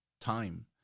time